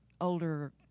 older